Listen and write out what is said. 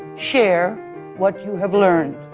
share what you have learned.